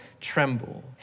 tremble